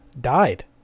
died